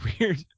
weird